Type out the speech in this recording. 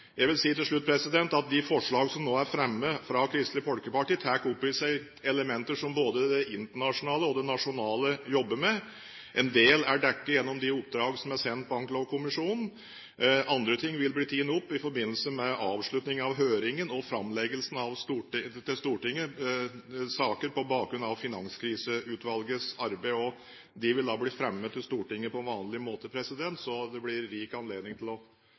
Jeg vil til slutt si at de forslagene som nå er fremmet av Kristelig Folkeparti, tar opp i seg elementer som både det internasjonale og det nasjonale jobber med. En del er dekket gjennom de oppdrag som er sendt Banklovkommisjonen. Andre ting vil bli tatt opp i forbindelse med avslutningen av høringen og framleggelsen av saker til Stortinget på bakgrunn av Finanskriseutvalgets arbeid. De vil da bli fremmet for Stortinget på vanlig måte, så det blir rik anledning til også her å